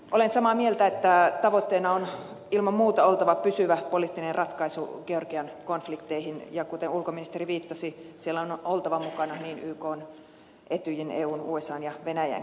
olen samaa mieltä että tavoitteena on ilman muuta oltava pysyvä poliittinen ratkaisu georgian konf likteihin ja kuten ulkoministeri viittasi siellä on oltava mukana niin ykn etyjin eun usan kuin venäjänkin